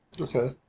Okay